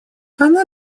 она